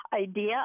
idea